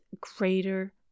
greater